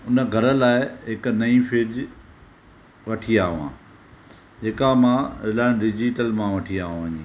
हुन घर लाइ हिकु नई फ़्रिजु वठी आयो आहियां जेका मां रिलायंस डिजीटल मां वठी आहियो वञी